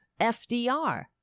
FDR